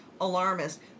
alarmist